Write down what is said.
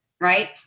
right